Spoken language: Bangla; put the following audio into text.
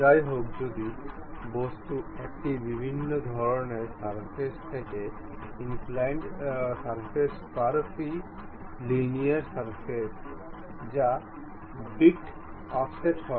যাইহোক যদি বস্তুর একটি ভিন্ন ধরনের সারফেস থাকে inclined surface curvilinear surface যা বিট অফসেট হয়